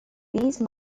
these